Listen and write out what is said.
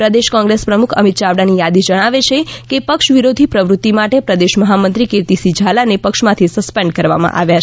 પ્રદેશ કોંગ્રેસ પ્રમુખ અમિત ચાવડા ની યાદી જણાવે છે કે પક્ષ વિરોધી પ્રવૃતિ માટે પ્રદેશ મહામંત્રી કીર્તિસિંહ ઝાલાને પક્ષ માથી સસ્પેન્ડ કરવામાં આવ્યા છે